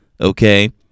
Okay